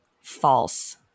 False